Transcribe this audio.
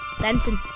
Benson